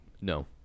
No